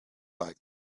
like